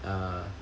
uh